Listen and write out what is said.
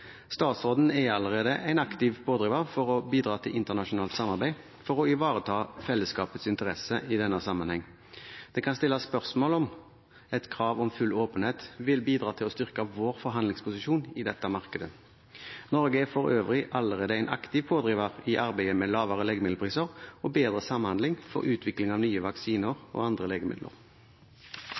Statsråden er allerede en aktiv pådriver for å bidra til internasjonalt samarbeid for å ivareta fellesskapets interesse i denne sammenhengen. Det kan stilles spørsmål om et krav om full åpenhet vil bidra til å styrke vår forhandlingsposisjon i dette markedet. Norge er for øvrig allerede en aktiv pådriver i arbeidet med lavere legemiddelpriser og bedre samhandling og utvikling av nye vaksiner og andre legemidler.